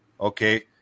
okay